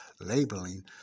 labeling